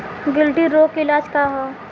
गिल्टी रोग के इलाज का ह?